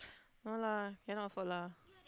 no lah cannot afford lah